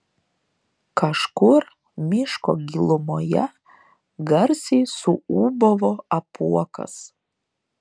kažkur miško gilumoje garsiai suūbavo apuokas